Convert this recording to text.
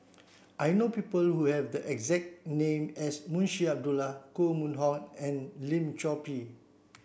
I know people who have the exact name as Munshi Abdullah Koh Mun Hong and Lim Chor Pee